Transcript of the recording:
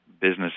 business